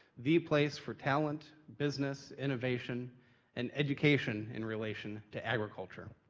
the place for talent, business, innovation and education in relation to agriculture.